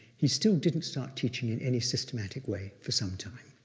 he still didn't start teaching in any systematic way for some time.